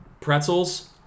Pretzels